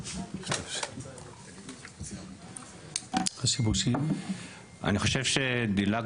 אם מסתכלים על ממוצע ה-OECD, הוא עומד